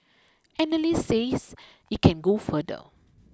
analysts says it can go further